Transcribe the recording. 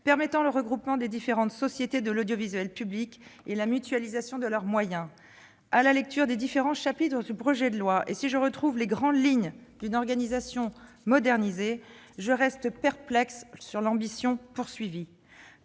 permettant le regroupement des différentes sociétés de l'audiovisuel public et la mutualisation de leurs moyens. À la lecture des différents chapitres de ce projet de loi, si je retrouve les grandes lignes d'une organisation modernisée, je reste perplexe quant à l'ambition de ses